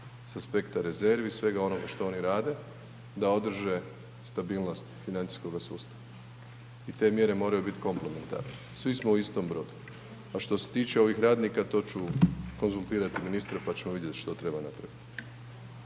sa aspekta rezervi i svega onoga što oni rade da održe stabilnost financijskoga sustava i te mjere moraju biti komplementarne. Svi smo u istom brodu. A što se tiče ovih radnika, to ću konzultirati ministra pa ćemo vidjeti što treba napraviti.